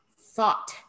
thought